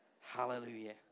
Hallelujah